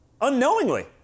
unknowingly